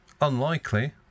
unlikely